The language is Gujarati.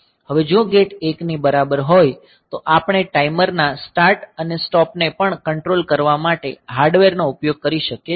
હવે જો ગેટ 1 ની બરાબર હોય તો આપણે ટાઈમર ના સ્ટાર્ટ અને સ્ટોપને પણ કંટ્રોલ કરવા માટે હાર્ડવેર નો ઉપયોગ કરી શકીએ છીએ